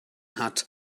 hat